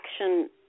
action